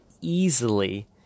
easily